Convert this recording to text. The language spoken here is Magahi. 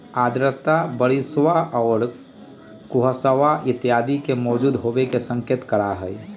आर्द्रता बरिशवा और कुहसवा इत्यादि के मौजूद होवे के संकेत करा हई